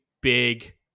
big